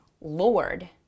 Lord